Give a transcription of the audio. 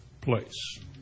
place